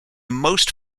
most